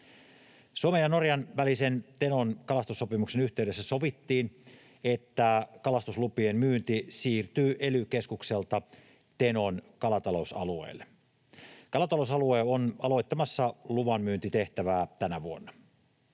Suomen ja Norjan välisen Tenon kalastussopimuksen yhteydessä sovittiin, että kalastuslupien myynti siirtyy ely-keskukselta Tenon kalatalousalueelle. Kalatalousalue on aloittamassa luvanmyyntitehtävää tänä vuonna.